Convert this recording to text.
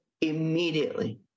immediately